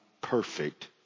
perfect